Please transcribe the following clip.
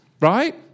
right